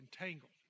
entangled